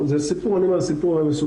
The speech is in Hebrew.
זה סיפור מסובך.